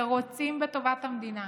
שרוצים בטובת המדינה,